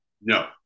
No